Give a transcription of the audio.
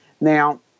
Now